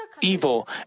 evil